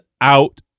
out